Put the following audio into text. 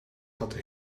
had